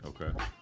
Okay